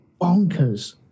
bonkers